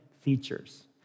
features